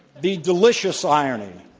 the delicious irony,